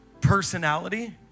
personality